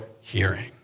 hearing